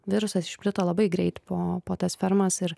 virusas išplito labai greit po po tas fermas ir